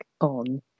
on